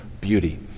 beauty